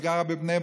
את גרה בבני ברק.